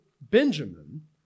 Benjamin